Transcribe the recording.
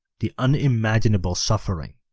the unimaginable suffering,